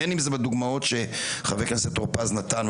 בין אם זה בדוגמאות שחבר הכנסת טור פז הציג,